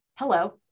Hello